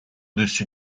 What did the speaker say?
dessus